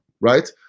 right